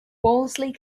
wolseley